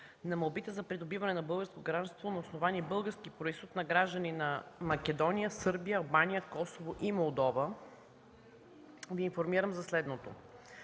на молбите за придобиване на българско гражданство на основание български произход на граждани на Македония, Сърбия, Албания, Косово и Молдова Ви информирам за следното.